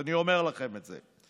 אני אומר לכם את זה.